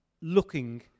looking